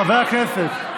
חברי הכנסת.